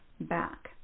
back